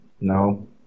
No